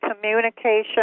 communication